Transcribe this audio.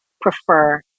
prefer